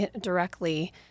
directly